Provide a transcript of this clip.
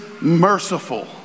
merciful